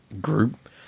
group